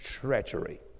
treachery